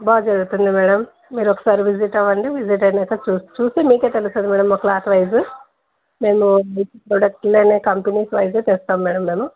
బాగా జరుగుతుంది మేడం మీరు ఒక సారి విజిట్ అవ్వండి విజిట్ అయ్యాక చూ చూసి మీకే తెలుస్తుంది మేడం క్లాత్వైజు మేము మీ ప్రొడక్ట్ లోనే కంపెనీస్ వైజే చేస్తాం మేడం మేము